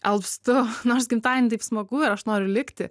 alpstu nors gimtadieny taip smagu ir aš noriu likti